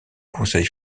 conseil